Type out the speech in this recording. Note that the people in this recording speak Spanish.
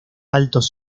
altos